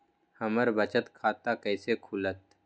हमर बचत खाता कैसे खुलत?